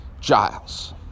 Giles